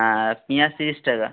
আর পিঁয়াজ তিরিশ টাকা